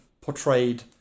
portrayed